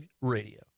Radio